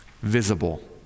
visible